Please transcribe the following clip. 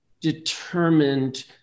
determined